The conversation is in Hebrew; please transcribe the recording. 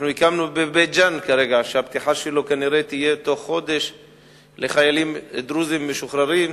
הקמנו בבית-ג'ן מרכז לחיילים דרוזים משוחררים,